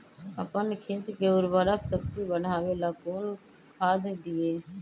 अपन खेत के उर्वरक शक्ति बढावेला कौन खाद दीये?